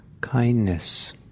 kindness